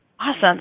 Awesome